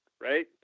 right